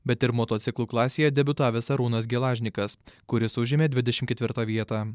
bet ir motociklų klasėje debiutavęs arūnas gelažnikas kuris užėmė dvidešimt ketvirtą vietą